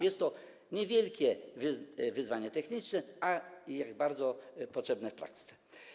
Jest to niewielkie wyzwanie techniczne, a jak bardzo potrzebne w praktyce.